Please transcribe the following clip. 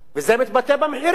וזה מתבטא במחירים,